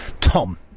Tom